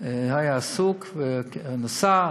היה עסוק ונסע,